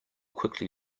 quickly